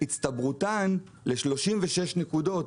והצטברותן ל-36 נקודות,